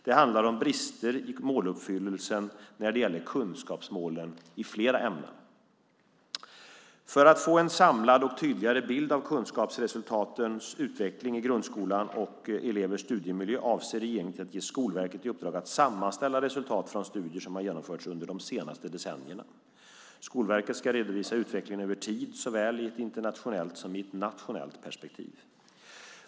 Det handlar om brister i måluppfyllelsen när det gäller kunskapsmålen i flera ämnen. För att få en samlad och tydligare bild av kunskapsresultatens utveckling i grundskolan och elevers studiemiljö avser regeringen att ge Skolverket i uppdrag att sammanställa resultat från studier som har genomförts under de senaste decennierna. Skolverket ska redovisa utvecklingen över tid, såväl i ett internationellt som i ett nationellt perspektiv.